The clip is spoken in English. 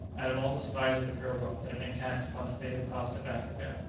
out of all the survivors of the pilgrim that had been cast upon the fatal coast of africa,